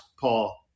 Paul